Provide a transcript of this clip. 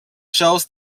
shows